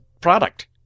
product